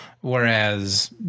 whereas